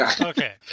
Okay